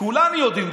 כולם יודעים,